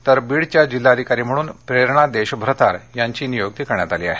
तर बीडच्या जिल्हाधिकारी म्हणून प्रेरणा देशभ्रतार यांची नियुक्ती करण्यात आली आहे